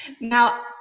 Now